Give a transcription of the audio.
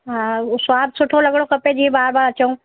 हा स्वादु सुठो लॻिणो खपे जीअं बार बार अचूं